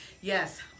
Yes